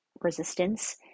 resistance